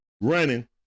running